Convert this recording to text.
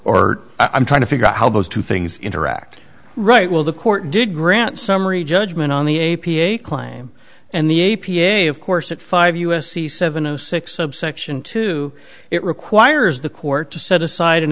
or i'm trying to figure out how those two things interact right well the court did grant summary judgment on the a p a claim and the a p a of course at five u s c seven of six subsection two it requires the court to set aside an